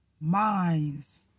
minds